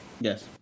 Yes